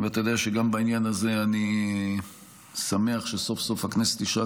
אתה יודע שגם בעניין הזה אני שמח שסוף-סוף הכנסת אישרה